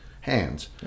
hands